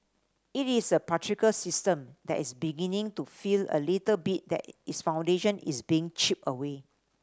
it is a patriarchal system that is beginning to feel a little bit that its foundation is being chipped away